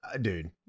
dude